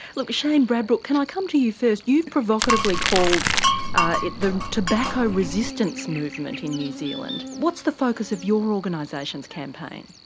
look shane bradbrook can i come to you first. you've provocatively called it the tobacco resistance movement in new zealand. what's the focus on your organisation's campaign.